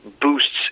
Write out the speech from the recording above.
boosts